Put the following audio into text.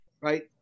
Right